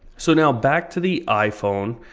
so now back to the iphone,